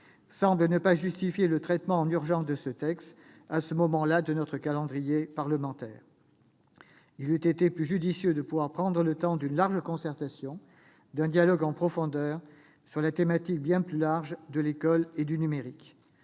semblent pas justifier l'examen en urgence de ce texte à ce moment de notre calendrier parlementaire. Il eût été plus judicieux de prendre le temps d'une large concertation, d'un dialogue en profondeur, sur la thématique bien plus large de l'école et du numérique.